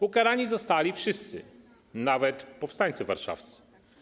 Ukarani zostali wszyscy, nawet powstańcy warszawscy.